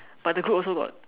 but the group also got